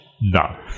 No